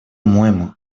моему